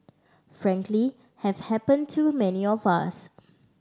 frankly have happen to many of us